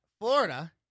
Florida